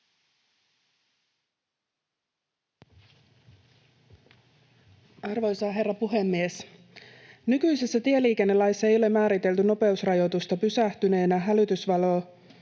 Arvoisa herra puhemies! Nykyisessä tieliikennelaissa ei ole määritelty nopeusrajoitusta pysähtyneenä hälytysvalot